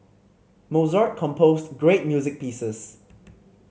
Mozart composed great music pieces